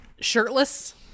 Shirtless